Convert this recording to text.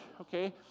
okay